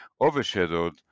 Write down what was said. overshadowed